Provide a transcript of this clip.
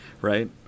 right